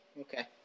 Okay